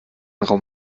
raum